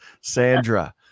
Sandra